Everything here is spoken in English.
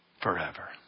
forever